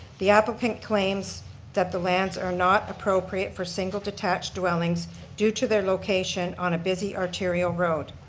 the applicant claims that the lands are not appropriate for single detached dwellings due to their location on a busy arterial road.